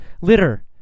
Litter